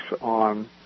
on